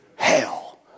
hell